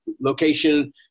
location